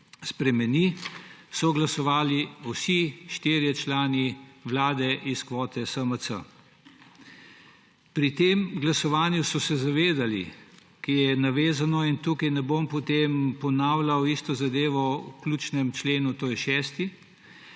spremeni, so glasovali vsi štirje člani Vlade iz kvote SMC. Pri tem glasovanju so se – je povezano in tukaj ne bom potem ponavljal iste zadeve o ključnem členu, to je 6.